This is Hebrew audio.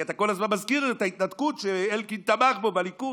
כי אתה כל הזמן מזכיר את ההתנתקות שאלקין תמך בה בליכוד,